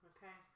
Okay